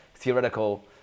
theoretical